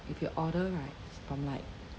if you order right from like